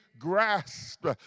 grasp